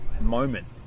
moment